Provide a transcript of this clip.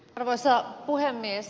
arvoisa puhemies